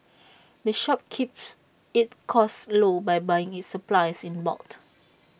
the shop keeps its costs low by buying its supplies in bulk